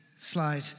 slide